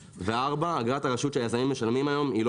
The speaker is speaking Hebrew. פרופורציונאלית והופכת אותנו לפחות נגישים,